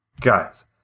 Guys